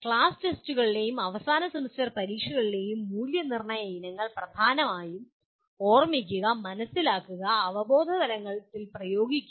class ടെസ്റ്റുകളിലെയും അവസാന semester പരീക്ഷകളിലെയും മൂല്യനിർണ്ണയ ഇനങ്ങൾ പ്രധാനമായും ഓർമ്മിക്കുക മനസിലാക്കുക അവബോധതലങ്ങളിൽ പ്രയോഗിക്കുക